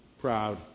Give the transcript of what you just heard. proud